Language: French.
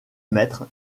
mètres